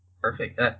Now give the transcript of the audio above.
Perfect